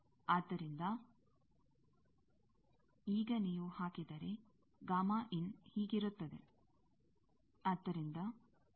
ಆದ್ದರಿಂದ ಈಗ ನೀವು ಹಾಕಿದರೆ ಹೀಗಿರುತ್ತದೆ